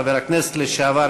חבר הכנסת לשעבר,